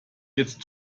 jetzt